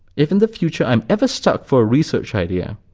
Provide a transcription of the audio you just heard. if in the future i am ever stuck for a research idea,